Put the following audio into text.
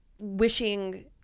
wishing